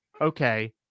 okay